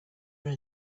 were